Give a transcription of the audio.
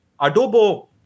adobo